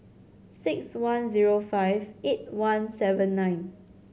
six one zero five eight one seven nine